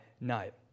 night